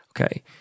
okay